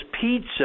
Pizza